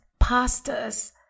pastas